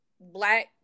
Black